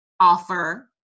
offer